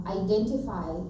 identify